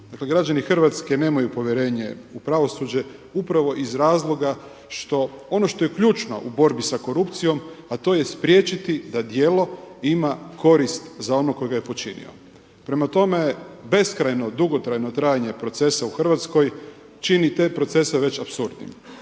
građani Hrvatske nemaju povjerenje u pravosuđe upravo iz razloga što, ono što je ključno u borbi sa korupcijom, a to je spriječiti da djelo ima korist za onog tko ga je počinio. Prema tome, beskrajno dugotrajno trajanje procesa u Hrvatskoj čini te procese već apsurdnim.